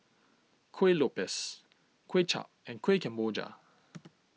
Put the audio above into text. Kuih Lopes Kway Chap and Kueh Kemboja